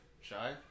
shy